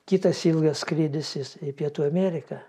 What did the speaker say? kitas ilgas skrydis jis į pietų ameriką